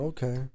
Okay